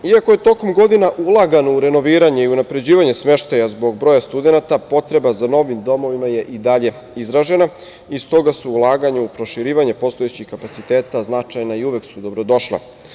Iako je tokom godina ulagano u renoviranje i unapređivanje smeštaja zbog broja studenata potreba za novim domovima je i dalje izražena i stoga su ulaganja u proširivanje postojećih kapaciteta značajna i uvek su dobrodošla.